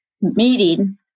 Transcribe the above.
meeting